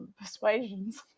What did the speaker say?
persuasions